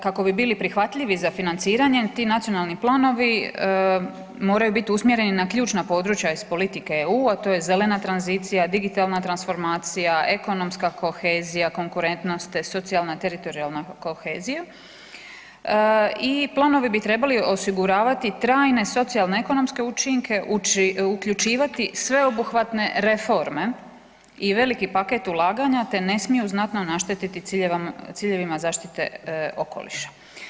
Kako bi bili prihvatljivi za financiranje ti nacionalni planovi moraju biti usmjereni na ključna područja iz politike EU, a to je zelena tranzicija, digitalna transformacija, ekonomska kohezija konkurentnost te socijalna i teritorijalna kohezija i planovi bi trebali osiguravati trajne socijalno ekonomske učinke, uključivati sveobuhvatne reforme i veliki paket ulaganja te ne smiju znatno naštetiti ciljevima zaštite okoliša.